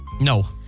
No